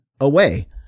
away